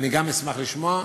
גם אני אשמח לשמוע.